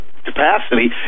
capacity